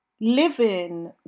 living